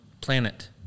planet